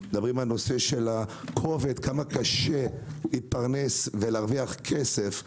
על כמה קשה להתפרנס ולהרוויח כסף,